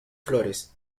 flores